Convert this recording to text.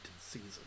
season